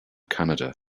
canada